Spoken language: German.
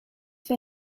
für